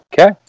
Okay